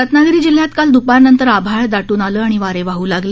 रत्नागिरी जिल्ह्यात काल दुपारनंतर आभाळ दाटून आलं आणि वारे वाह् लागले